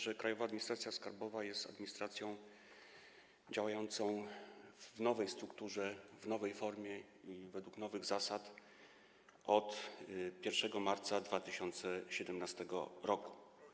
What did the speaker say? że Krajowa Administracja Skarbowa jest administracją działającą w nowej strukturze, w nowej formie i według nowych zasad od 1 marca 2017 r.